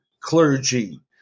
clergy